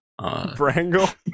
Brangle